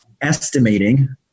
estimating